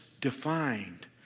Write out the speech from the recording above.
defined